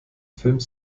films